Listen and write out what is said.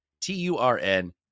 T-U-R-N